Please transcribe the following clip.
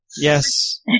Yes